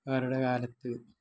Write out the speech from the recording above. കാരുടെ കാലത്ത്